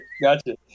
gotcha